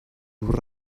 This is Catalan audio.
dur